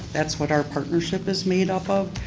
that's what our partnership is made up of.